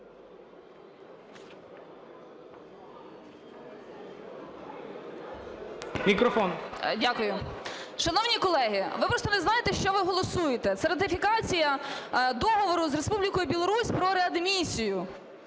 С.А. Шановні колеги, ви просто не знаєте, що ви голосуєте. Це ратифікація Договору з Республікою Білорусь про реадмісію.